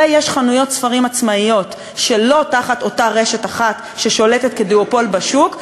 ויש חנויות ספרים עצמאיות שאינן תחת אותה רשת אחת ששולטת כדואופול בשוק,